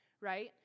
Right